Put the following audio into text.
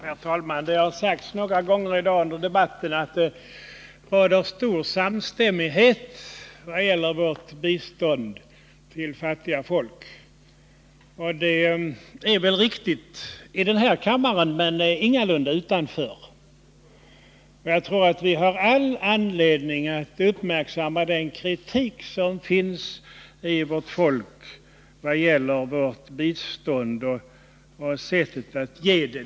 Herr talman! Det har sagts några gånger under debatten i dag att det råder stor samstämmighet i vad gäller vårt bistånd till fattiga folk, och det är väl riktigt i den här kammaren, men ingalunda utanför den. Jag tror att vi har all anledning att uppmärksamma den kritiska inställning som många i vårt folk hyser till det svenska biståndet.